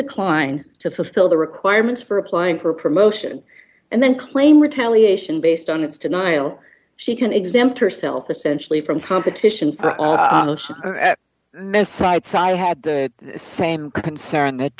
decline to fulfill the requirements for applying for a promotion and then claim retaliation based on its denial she can exempt herself essentially from competition for sites i had the same concern that